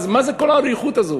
מה זה כל האריכות הזאת?